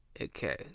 okay